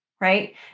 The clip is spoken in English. right